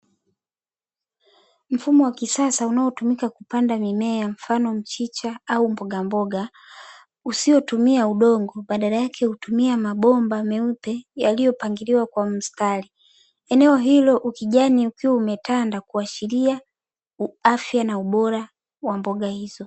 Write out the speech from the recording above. Mfumo wa kisasa unaotumika kupanda mimea mfano mchicha au mbogamboga, usiotumia udongo badala yake unatumia mabomba meupe yaliyopangiliwa kwa mstari. Eneo hilo ukijani ukiwa umetanda kuashiria afya na ubora wa mboga hizo.